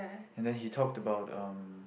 and then he talked about um